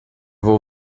vou